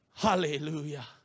Hallelujah